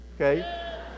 okay